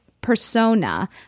persona